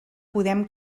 podem